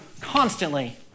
constantly